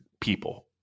people